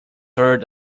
heard